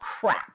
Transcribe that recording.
crap